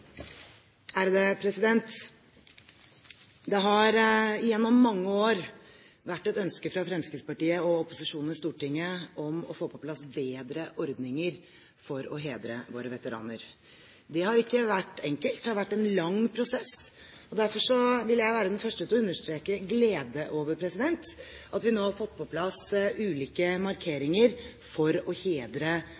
Det har gjennom mange år vært et ønske fra Fremskrittspartiet og opposisjonen i Stortinget om å få på plass bedre ordninger for å hedre våre veteraner. Det har ikke vært enkelt. Det har vært en lang prosess. Derfor vil jeg være den første til å understreke glede over at vi nå har fått på plass ulike